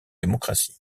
démocratie